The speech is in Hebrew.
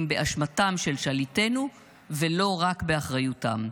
באשמתם של שליטינו ולא רק באחריותם,